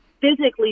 physically